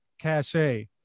cachet